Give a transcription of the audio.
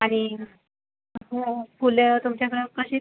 आणि हो फुल तुमच्याकडे कसे दिले